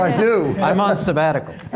ah do. i'm on sabbatical.